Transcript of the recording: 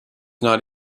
not